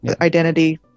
identity